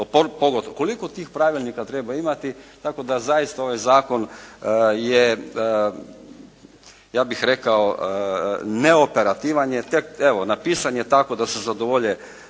Koliko tih pravilnika treba imati? Tako da zaista ovaj zakon je, ja bih rekao neoperativan jer tek, evo napisan je tako da se zadovolje